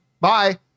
Bye